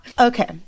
Okay